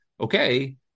Okay